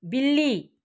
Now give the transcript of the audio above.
बिल्ली